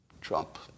Trump